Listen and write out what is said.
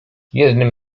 jednym